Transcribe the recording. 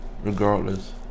Regardless